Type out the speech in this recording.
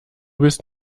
bist